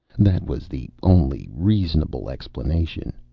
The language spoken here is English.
that was the only reasonable explanation.